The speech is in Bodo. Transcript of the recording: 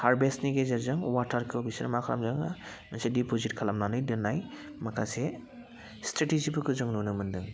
हारभेस्टनि गेजेरजों वाटारखौ बिसोर मा खामदोङो मोनसे दिप'जिट खालामनानै दोननाय माखासे स्ट्रेटिजिफोरखौ जों नुनो मोनदों